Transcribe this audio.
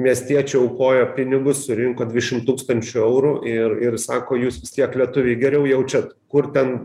miestiečiai aukojo pinigus surinko dvišim tūkstančių eurų ir ir sako jūs vis tiek lietuviai geriau jaučiat kur ten